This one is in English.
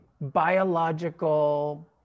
Biological